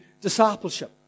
discipleship